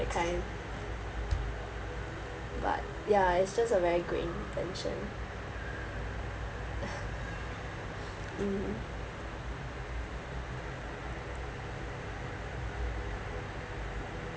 that kind but ya it's just a very good invention mmhmm